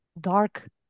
dark